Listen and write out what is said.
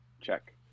check